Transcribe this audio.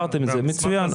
מצוין,